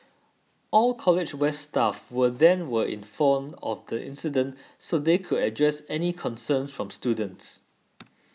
all College West staff were then were informed of the incident so they could address any concerns from students